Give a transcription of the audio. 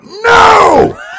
no